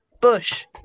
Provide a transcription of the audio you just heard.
Bush